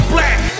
Black